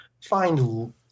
find